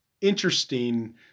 interesting